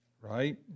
right